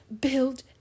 build